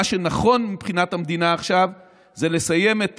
מה שנכון מבחינת המדינה עכשיו זה לסיים את